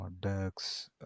ducks